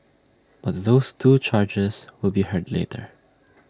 but those two charges will be heard later